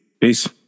Peace